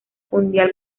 mundial